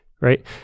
Right